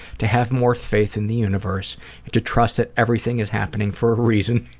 to have more faith in the universe and to trust that everything is happening for a reason,